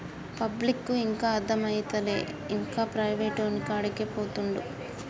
పబ్లిక్కు ఇంకా అర్థమైతలేదు, ఇంకా ప్రైవేటోనికాడికే పోతండు